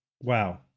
Wow